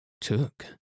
Took